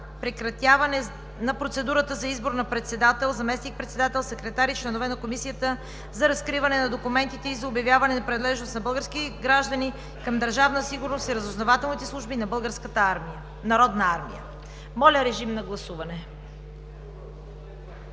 прекратяване на процедурата за избор на председател, заместник-председател, секретар и членове на Комисията за разкриване на документи и за обявяване на принадлежност на български граждани към Държавна сигурност и разузнавателните служби на Българската народна армия. Моля, гласувайте.